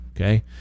okay